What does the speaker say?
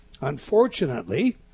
Unfortunately